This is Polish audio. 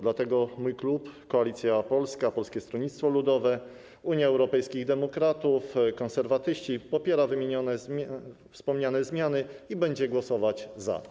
Dlatego mój klub Koalicja Polska - Polskie Stronnictwo Ludowe, Unia Europejskich Demokratów, Konserwatyści popiera wspomniane zmiany i będzie głosować za.